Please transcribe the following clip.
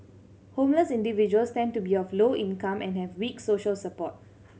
homeless individuals tend to be of low income and have weak social support